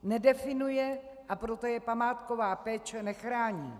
Nedefinuje, a proto je památková péče nechrání.